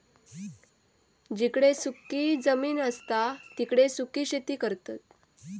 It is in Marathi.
जिकडे सुखी जमीन असता तिकडे सुखी शेती करतत